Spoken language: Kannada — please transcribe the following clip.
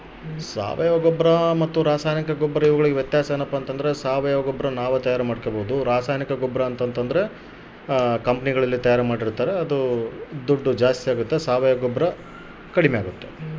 ಸಾವಯವ ಗೊಬ್ಬರ ಮತ್ತು ರಾಸಾಯನಿಕ ಗೊಬ್ಬರ ಇವುಗಳಿಗೆ ಇರುವ ವ್ಯತ್ಯಾಸ ಏನ್ರಿ?